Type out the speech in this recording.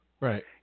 Right